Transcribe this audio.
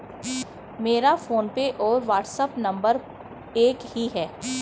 मेरा फोनपे और WhatsApp number एक ही है